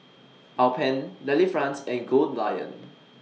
Alpen Delifrance and Goldlion